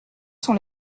sont